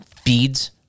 feeds